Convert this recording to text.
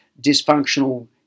dysfunctional